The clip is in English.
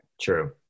True